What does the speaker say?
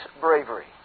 bravery